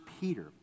Peter